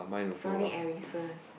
Sony-Ericsson